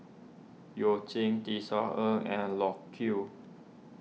You Jin Tisa Ng and Loke Yew